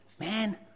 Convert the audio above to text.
Man